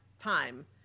time